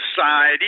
side